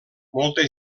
molta